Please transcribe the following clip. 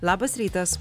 labas rytas